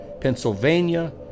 Pennsylvania